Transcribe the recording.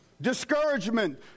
Discouragement